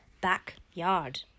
backyard